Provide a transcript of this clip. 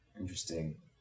Interesting